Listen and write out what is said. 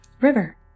River